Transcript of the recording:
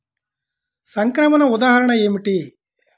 సంక్రమణ ఉదాహరణ ఏమిటి?